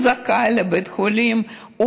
זכאי לבית חולים,